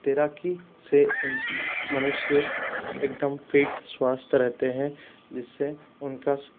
तैराकी से इन मनुष्य एकदम फ़िट स्वास्थ्य रहते हैं जिससे उनका